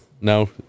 No